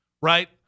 right